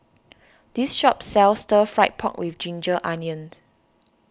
this shop sells Stir Fry Pork with Ginger Onions